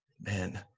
Man